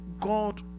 God